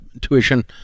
tuition